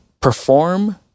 perform